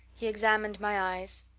he examined my eyes.